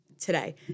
today